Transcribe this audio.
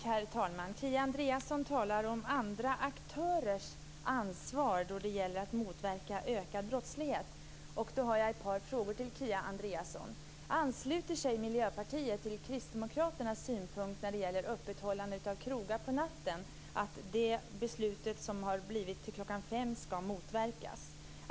Herr talman! Kia Andreasson talar om andra aktörers ansvar för att motverka ökad brottslighet. Jag har ett par frågor till Kia Andreasson. Ansluter sig Miljöpartiet till Kristdemokraternas synpunkt när det gäller öppethållande av krogar på natten, dvs. att beslutet att de får hålla öppet till klockan 05.00 ska motverkas?